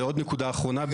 ועוד נקודה אחרונה.